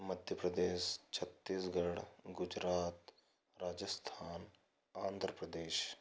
Madhya Pradesh Chhattisgarh Gujarat Rajasthan Andhra Pradesh